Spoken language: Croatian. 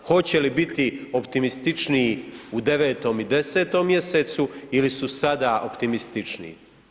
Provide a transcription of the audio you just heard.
Hoće li biti optimističniji u 9. i 10. mjesecu ili su sada optimističniji?